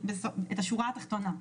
את השורה התחתונה.